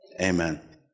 amen